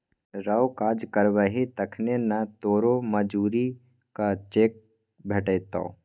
रौ काज करबही तखने न तोरो मजुरीक चेक भेटतौ